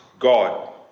God